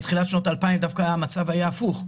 בתחילת שנות ה-2000 דווקא המצב היה הפוך,